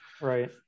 right